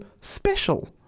special